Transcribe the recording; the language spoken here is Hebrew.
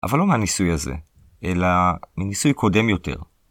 אבל לא מהניסוי הזה, אלא מניסוי קודם יותר.